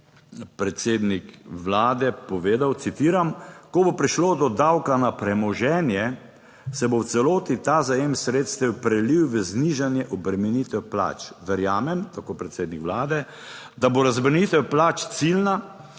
predsednik Vlade povedal, citiram: "Ko bo prišlo do davka na premoženje, se bo v celoti ta zajem sredstev prelil v znižanje obremenitev plač. Verjamem.." - tako predsednik Vlade, - "…da bo razbremenitev plač ciljna,